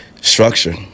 Structure